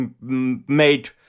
made